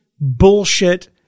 bullshit